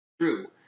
true